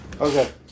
Okay